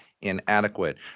inadequate